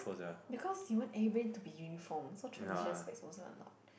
because he want everybody to be uniform so transitional specs wasn't allowed